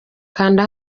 kanda